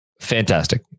Fantastic